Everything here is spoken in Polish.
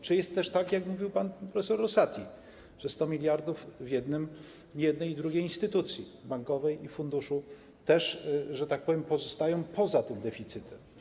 Czy jest też tak, jak mówił pan profesor Rosati, że 100 mld w jednej i drugiej instytucji bankowej i funduszu, że tak powiem, pozostaje poza tym deficytem?